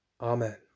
Amen